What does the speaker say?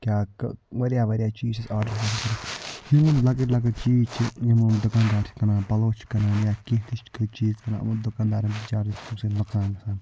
کیٛاہ کہٕ واریاہ واریاہ چیٖز چھِ آسان آرڈر کٔرمٕتۍ یِم یم لۄکٕٹۍ لۄکٕٹۍ چیٖز چھِ یِم دُکان دار چھِ کٕنان پَلوٚو چھِ کٕنان یا کیٚنٛہہ تہِ چیٖز چھِ کٕنان یِم دُکان دار